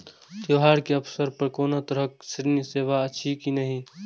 त्योहार के अवसर पर कोनो तरहक ऋण सेवा अछि कि नहिं?